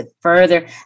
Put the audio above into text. further